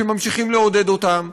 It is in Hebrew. שממשיכים לעודד אותם,